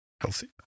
healthy